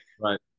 right